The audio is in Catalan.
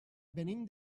venim